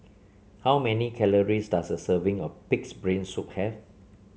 how many calories does a serving of pig's brain soup have